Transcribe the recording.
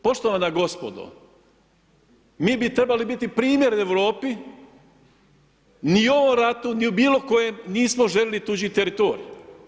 Poštovana gospodo, mi bi trebali biti primjer Europi, ni u ovom ratu, ni u bilo kojem nismo željeli tuđi teritorij.